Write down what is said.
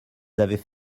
avaient